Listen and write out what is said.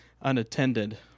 unattended